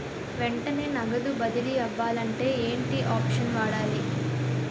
వెంటనే నగదు బదిలీ అవ్వాలంటే ఏంటి ఆప్షన్ వాడాలి?